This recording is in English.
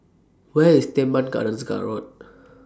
Where IS Teban Gardens Road